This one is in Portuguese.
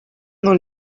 não